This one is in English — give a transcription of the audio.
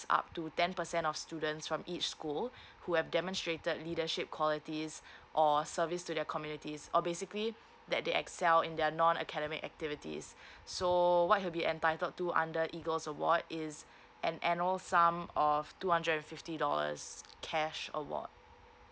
up to ten percent of students from each school who have demonstrated leadership qualities or service to their communities or basically that they excel in their non academic activities so what he'll be entitled to under EAGLES award is an annual sum of two hundred and fifty dollars cash award